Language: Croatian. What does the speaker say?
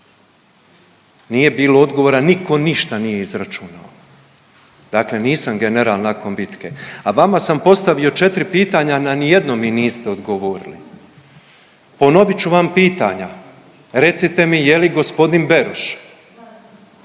nije bilo odgovora, niko nije ništa izračunao. Dakle, nisam general nakon bitke. A vama sam postavio četri pitanja na nijedno mi niste odgovorili. Ponovit ću vam pitanja, recite mi je li g. Beroš